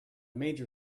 major